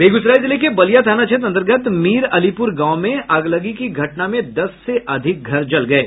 बेगूसराय जिले के बलिया थाना क्षेत्र अंतर्गत मीर अलीपुर गांव में अगलगी की घटना में दस से अधिक घर जल गये